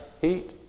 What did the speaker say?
heat